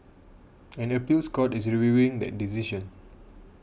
an appeals court is reviewing that decision